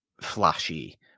flashy